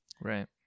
right